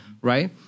right